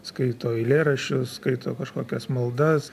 skaito eilėraščius skaito kažkokias maldas